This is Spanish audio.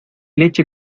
leche